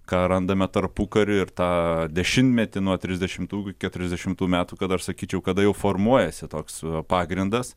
ką randame tarpukarį ir tą dešimtmetį nuo trisdešimtų iki keutriasdešimtų metų kad aš sakyčiau kada jau formuojasi toks pagrindas